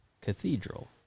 cathedral